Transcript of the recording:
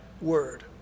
word